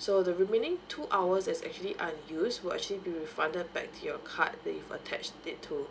so the remaining two hours that's actually unused will actually be refunded back to your card that you've attached it to